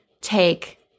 take